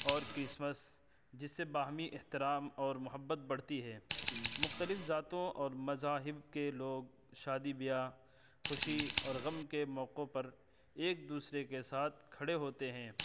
اور کرسمس جس سے باہمی احترام اور محبت بڑھتی ہے مختلف ذاتوں اور مذاہب کے لوگ شادی بیاہ خوشی اور غم کے موقعوں پر ایک دوسرے کے ساتھ کھڑے ہوتے ہیں